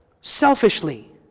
selfishly